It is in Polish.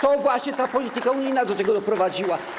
To właśnie ta polityka unijna do tego doprowadziła.